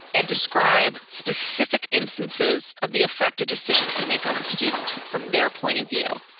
and describe specific instances of the effect a decision can make on a student from their point of view.